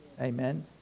amen